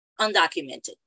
undocumented